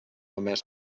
emès